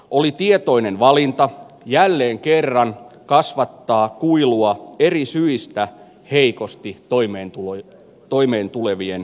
oli tietoinen valinta jälleen kerran kasvattaa kuilua eri syystä heikosti toimeentulo ja toimeentulevien